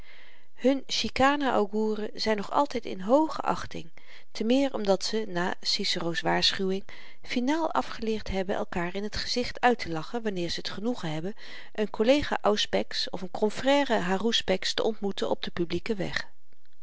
hun chicane auguren zyn nog altyd in hooge achting te meer omdat ze na cicero's waarschuwing finaal afgeleerd hebben elkaar in t gezicht uittelachen wanneer ze t genoegen hebben n kollega auspex of n konfrère haruspex te ontmoeten op den publieken weg